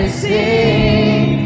sing